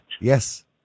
Yes